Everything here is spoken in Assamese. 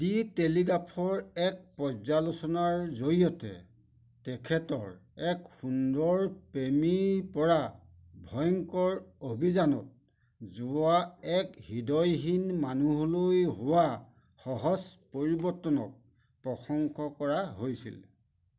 দ্যা টেলিগ্ৰাফৰ এক পৰ্যালোচনাৰ জৰিয়তে তেখেতৰ এক সুন্দৰ প্ৰেমীৰপৰা ভয়ংকৰ অভিযানত যোৱা এক হৃদয়হীন মানুহলৈ হোৱা সহজ পৰিৱৰ্তনক প্ৰশংসা কৰা হৈছিল